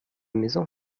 maison